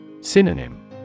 Synonym